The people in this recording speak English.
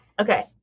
okay